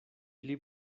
pli